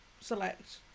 select